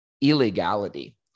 illegality